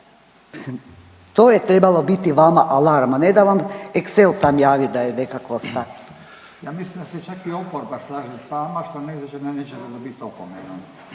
to je trebalo biti vama alarm, a ne da vam excel tam javi da je nekakvo. **Radin, Furio (Nezavisni)** Ja mislim da se čak i oporba slaže s vama što ne znači da nećete dobit opomenu,